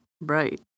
right